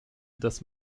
das